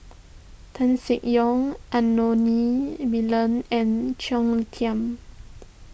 Tan Seng Yong Anthony Miller and Claire Tham